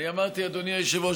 אני אמרתי: אדוני היושב-ראש,